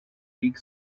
greek